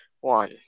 one